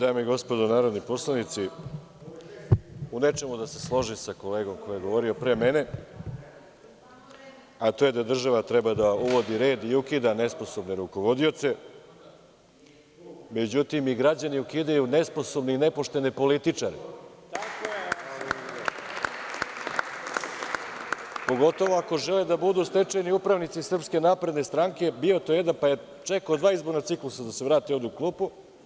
Dame i gospodo narodni poslanici, u nečemu da se složim sa kolegom koji je govorio pre mene, a to je da država treba da uvodi red i ukida nesposobne rukovodioce, međutim i građani ukidaju nesposobne i nepoštene političare, pogotovu ako žele da budu stečajni upravnici SNS, bio je tu jedan, pa je čekao dva izborna ciklusa da se vrati ovde u klupu.